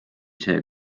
see